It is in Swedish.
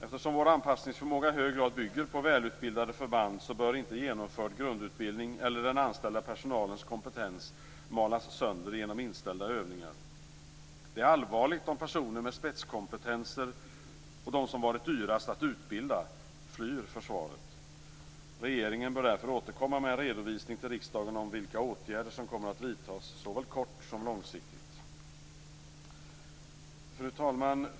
Eftersom vår anpassningsförmåga i hög grad bygger på välutbildade förband bör inte genomförd grundutbildning eller den anställda personalens kompetens malas sönder genom inställda övningar. Det är allvarligt om personer med spetskompetenser och de som varit dyrast att utbilda flyr försvaret. Regeringen bör därför återkomma med en redovisning till riksdagen av vilka åtgärder som kommer att vidtas såväl kort som långsiktigt. Fru talman!